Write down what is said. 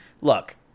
look